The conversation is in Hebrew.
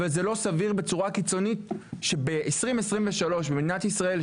אבל זה לא סביר בצורה קיצונית שב-2023 במדינת ישראל,